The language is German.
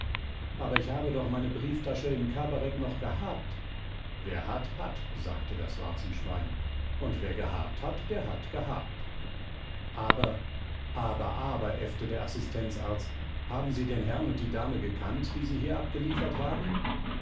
aber ich habe doch meine brieftasche im kabarett noch gehabt wer hat hat sagte das warzenschwein und wer gehabt hat der hat gehabt aber aber aber äffte der assistenzarzt haben sie den herrn und die dame gekannt die sie hier abgeliefert haben